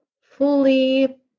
fully